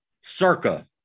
Circa